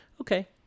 okay